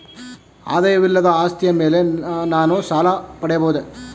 ಆದಾಯವಿಲ್ಲದ ಆಸ್ತಿಯ ಮೇಲೆ ನಾನು ಸಾಲ ಪಡೆಯಬಹುದೇ?